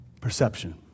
Perception